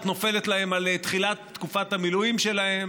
נופלת להם על תחילת תקופת המילואים שלהם?